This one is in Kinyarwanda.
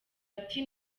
ati